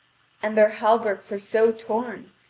and their hauberks are so torn,